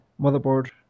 motherboard